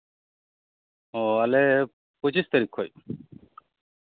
ᱚ ᱟᱞᱮ ᱯᱚ ᱸᱪᱤᱥ ᱛᱟᱨᱤᱠ ᱠᱷᱚᱡ